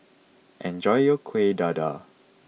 enjoy your Kuih Dadar